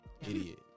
Idiot